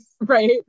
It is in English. right